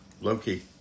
low-key